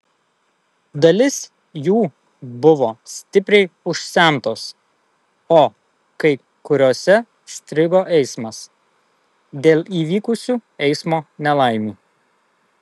dalis jų buvo stipriai užsemtos o kai kuriose strigo eismas dėl įvykusių eismo nelaimių